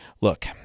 Look